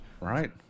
Right